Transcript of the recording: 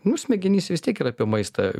nu smegenyse vis tiek yra apie maistą